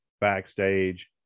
backstage